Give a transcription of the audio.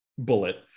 Bullet